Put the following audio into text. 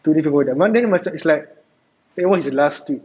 tu aku jumpa dia monday macam is like that was his last tweet